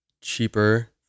cheaper